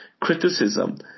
criticism